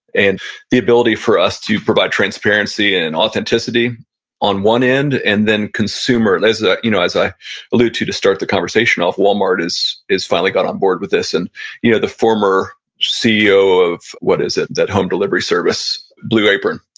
and the ability for us to provide transparency and and authenticity on one end and then consumer, as ah you know as i alluded to to start the conversation of walmart is is finally got on board with this. and you know the former ceo of, what is it? that home delivery service? blue apron,